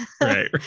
Right